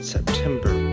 September